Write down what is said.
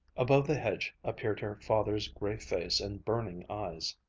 above the hedge appeared her father's gray face and burning eyes.